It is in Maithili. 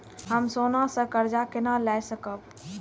हम सोना से कर्जा केना लाय सकब?